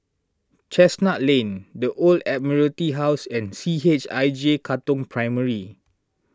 Chestnut Lane the Old Admiralty House and C H I J Katong Primary